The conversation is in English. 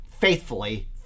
faithfully